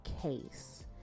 case